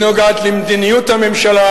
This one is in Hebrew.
היא נוגעת למדיניות הממשלה.